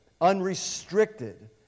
unrestricted